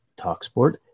TalkSport